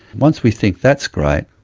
once we think that's great,